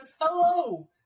hello